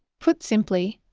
put simply,